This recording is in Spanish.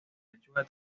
lechuga